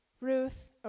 Ruth